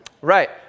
Right